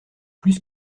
plus